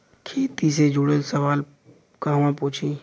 खेती से जुड़ल सवाल कहवा पूछी?